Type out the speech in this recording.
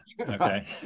Okay